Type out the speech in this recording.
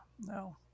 No